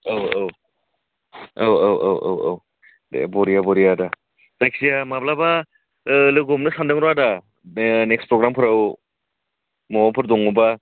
औ औ औ औ औ औ औ दे बरिया बरिया आदा जायखिजाया माब्लाबा लोगो हमनो सान्दोंमोनब्रा आदा बे नेक्स्त प्रग्रामफ्राव बबावबाफोर दङबा